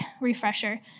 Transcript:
refresher